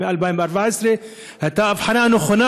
הטובה,